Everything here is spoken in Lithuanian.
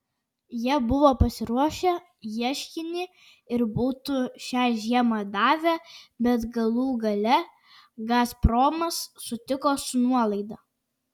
jie buvo pasiruošę ieškinį ir būtų šią žiemą davę bet galų gale gazpromas sutiko su nuolaida